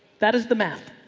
that is the math.